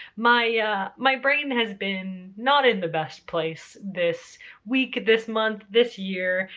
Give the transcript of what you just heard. my my brain has been not in the best place this week, this month, this year,